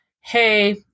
hey